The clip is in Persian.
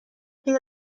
غیر